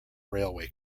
railway